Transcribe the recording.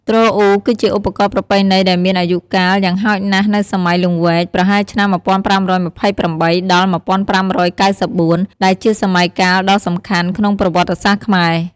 ទ្រអ៊ូ គឺជាឧបករណ៍ប្រពៃណីដែលមានអាយុកាលយ៉ាងហោចណាស់នៅសម័យ "លង្វែក" ប្រហែលឆ្នាំ ១៥២៨ ដល់ ១៥៩៤ ដែលជាសម័យកាលដ៏សំខាន់ក្នុងប្រវត្តិសាស្ត្រខ្មែរ។